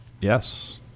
Yes